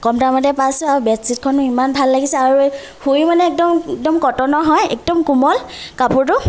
কম দামতে পাইছোঁ আৰু বেডছীটখনো ইমান ভাল লাগিছে আৰু শুই মানে একদম একদম কটনৰ হয় একদম কোমল কাপোৰটো